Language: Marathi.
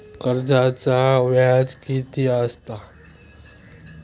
कर्जाचा व्याज कीती असता?